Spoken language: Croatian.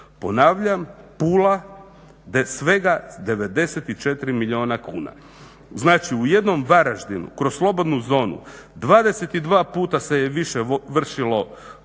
Ponavljam Pula da je svega 94 milijuna kuna. Znači u jednom Varaždinu kroz slobodnu zonu 22 puta se je više vršilo prometa